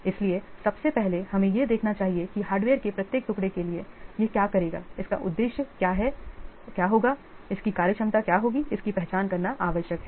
इसलिए सबसे पहले हमें यह देखना चाहिए कि हार्डवेयर के प्रत्येक टुकड़े के लिए यह क्या करेगा इसका उद्देश्य क्या होगा इसकी कार्यक्षमता क्या होगी इसकी पहचान करना आवश्यक है